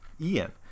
Ian